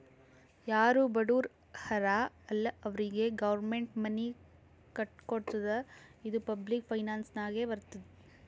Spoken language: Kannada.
ಯಾರು ಬಡುರ್ ಹರಾ ಅಲ್ಲ ಅವ್ರಿಗ ಗೌರ್ಮೆಂಟ್ ಮನಿ ಕಟ್ಕೊಡ್ತುದ್ ಇದು ಪಬ್ಲಿಕ್ ಫೈನಾನ್ಸ್ ನಾಗೆ ಬರ್ತುದ್